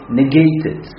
negated